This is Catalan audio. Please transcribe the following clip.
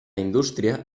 indústria